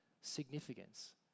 significance